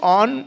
on